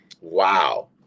Wow